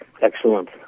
excellent